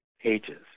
pages